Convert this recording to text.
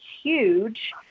huge